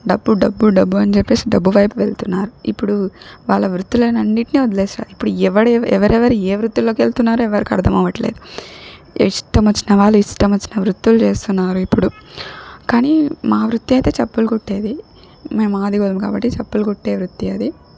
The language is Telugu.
డబ్బు డబ్బు డబ్బు అనిచెప్పేసి డబ్బు వైపు వెళ్తున్నారు ఇప్పుడు వాళ్ళ వృత్తులనన్నిటట్ని వదిలేసారు ఇప్పుడు ఎవడెవ ఎవరెవరి ఏ వృత్తుల్లోకెళ్తున్నారో ఎవ్వరికర్ధమవ్వట్లేదు ఇష్టమొచ్చిన వాళ్ళు ఇష్టమొచ్చిన వృత్తులు చేస్తున్నారు ఇప్పుడు కానీ మా వృత్తయితే చెప్పులు కుట్టేది మేం మాదిగోళ్ళం కాబట్టి చెప్పులు కుట్టే వృత్తి అది